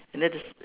and then there's